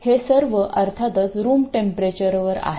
हे सर्व अर्थातच रूम टेंपरेचरवर आहे